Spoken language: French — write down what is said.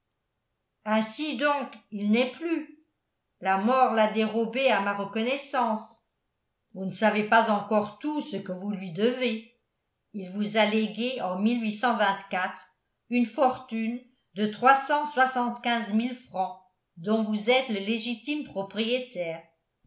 ainsi donc il n'est plus la mort l'a dérobé à ma reconnaissance vous ne savez pas encore tout ce que vous lui devez il vous a légué en une fortune de trois cent soixante-quinze mille francs dont vous êtes le légitime propriétaire